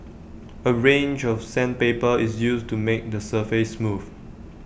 A range of sandpaper is used to make the surface smooth